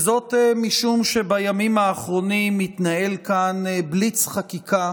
וזאת משום שבימים האחרונים מתנהל כאן בליץ חקיקה